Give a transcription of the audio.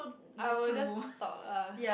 I will just talk lah